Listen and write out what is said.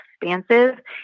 expansive